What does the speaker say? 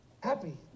happy